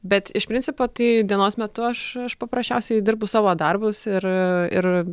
bet iš principo tai dienos metu aš aš paprasčiausiai dirbu savo darbus ir ir